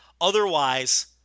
Otherwise